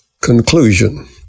Conclusion